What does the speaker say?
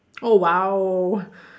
oh !wow!